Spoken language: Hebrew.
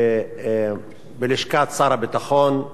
בלשכת שר הביטחון נסתמו.